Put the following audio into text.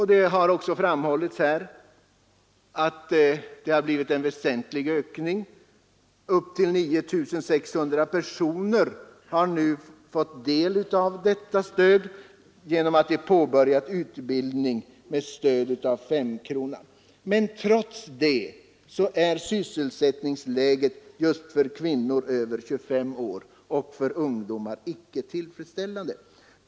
Här har också framhållits att det har blivit en väsentligt ökad tillströmning. Omkring 9 600 personer har nu påbörjat utbildning med stöd av femkronan. Men trots detta är sysselsättningsläget för kvinnor under 25 år och för ungdomar icke tillfredsställande.